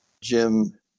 Jim